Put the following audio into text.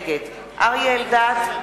נגד אריה אלדד,